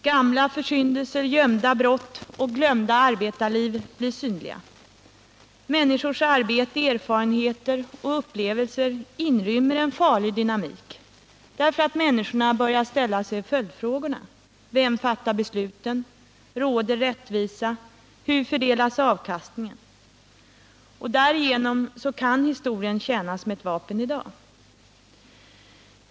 Gamla försyndelser, gömda brott och glömda arbetarliv blir synliga. Människors arbete, erfarenheter och upplevelser inrymmer en farlig dynamik därför att människorna börjar ställa sig följdfrågorna: Vem fattar besluten? Råder rättvisa? Hur fördelas avkastningen? Därigenom kan historien tjäna som ett vapen i dag.